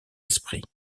esprits